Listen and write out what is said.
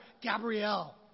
Gabrielle